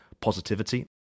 positivity